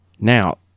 Now